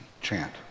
chant